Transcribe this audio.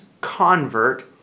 convert